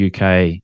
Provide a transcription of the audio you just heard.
UK